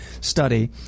study